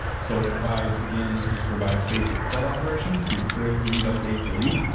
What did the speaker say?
so it provides, again it just provides basic crud operations, you create, read, update, delete,